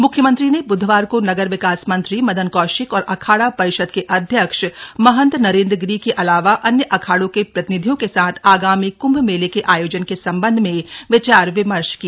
मुख्यमंत्री ने ब्धवार को नगर विकास मंत्री मदन कौशिक और अखाड़ा परिषद के अध्यक्ष महंत नरेन्द्र गिरी के अलावा अन्य अखाड़ों के प्रतिनिधियों के साथ आगामी क्म्भ मेले के आयोजन के संबंध में विचार विमर्श किया